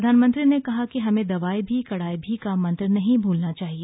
प्रधानमंत्री ने कहा कि हमें दवाई भी कड़ाई भी का मंत्र नहीं भूलना चाहिए